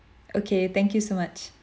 okay thank you so much